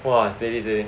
!wah! steady steady